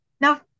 now